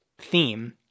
theme